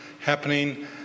happening